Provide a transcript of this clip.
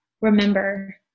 remember